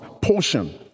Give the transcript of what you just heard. portion